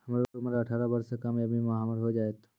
हमर उम्र अठारह वर्ष से कम या बीमा हमर हो जायत?